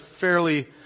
fairly